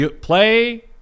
Play